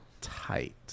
tight